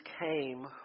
came